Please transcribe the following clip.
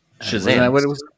Shazam